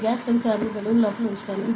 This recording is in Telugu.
నేను గ్యాస్ సెన్సార్ను బెలూన్ లోపల ఉంచుతాను